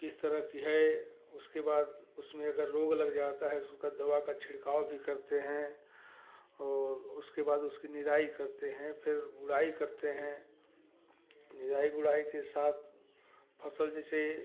किस तरह की है उसके बाद उसमें अगर रोग लग जाता है उसका दवा का छिड़काव भी करते हैं और उसके बाद उसकी निराई करते हैं फिर गुड़ाई करते हैं निराई गुड़ाई के साथ फसल जैसे